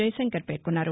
జైశంకర్ పేర్కొన్నారు